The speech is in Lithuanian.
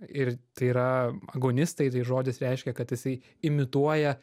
ir tai yra agonistai žodis reiškia kad jisai imituoja